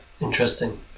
interesting